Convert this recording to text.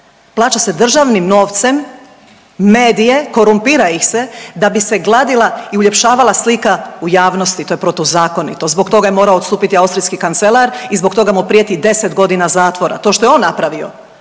plaća se državnim novcem medije, korumpira ih se da bi se gladila i uljepšavala slika u javnosti. To je protuzakonito. Zbog toga je morao odstupiti austrijski kancelar i zbog toga mu prijeti 10 godina zatvora. To što je on napravio